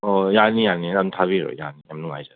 ꯑꯣ ꯌꯥꯔꯅꯤ ꯌꯥꯔꯅꯤ ꯑꯝ ꯊꯥꯕꯤꯔꯛꯑꯣ ꯌꯥꯅꯤ ꯌꯥꯝ ꯅꯨꯡꯉꯥꯏꯖꯔꯦ